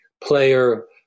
Player